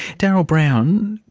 darryl browne,